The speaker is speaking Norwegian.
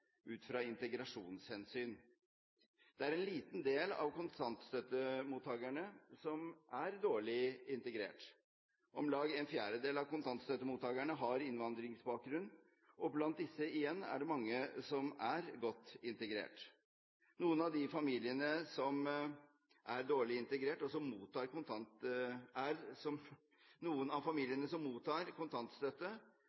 ut fra integrasjonshensyn. Det er en liten del av kontantstøttemottakerne som er dårlig integrert. Om lag ¼ av kontantstøttemottakerne har innvandringsbakgrunn, og blant disse igjen er det mange som er godt integrert. Noen av de familiene som mottar kontantstøtte, kan man konstatere har en dårlig grad av integrering, men fra Høyres synspunkt og fra flertallets synspunkt er